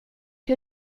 hur